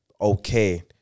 okay